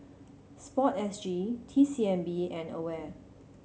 Sport S G T C M B and AWARE